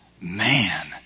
Man